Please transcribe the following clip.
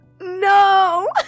No